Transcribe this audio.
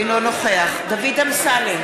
אינו נוכח דוד אמסלם,